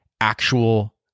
actual